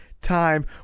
time